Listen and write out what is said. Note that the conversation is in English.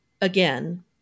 Again